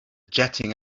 jetting